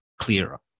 clearer